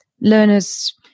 learners